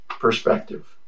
perspective